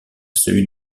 celui